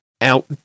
out